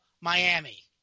Miami